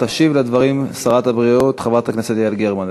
תשיב על הדברים שרת הבריאות, חברת הכנסת יעל גרמן.